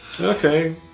Okay